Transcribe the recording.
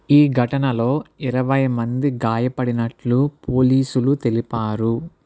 ఈ ఘటనలో ఇరవై మంది గాయపడినట్లు పోలీసులు తెలిపారు